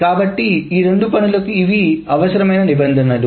కాబట్టి ఈ రెండు పనులకు ఇవి అవసరమైన నిబంధనలు